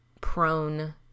prone